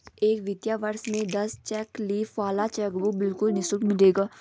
एक वित्तीय वर्ष में दस चेक लीफ वाला चेकबुक बिल्कुल निशुल्क मिलेगा